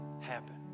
happen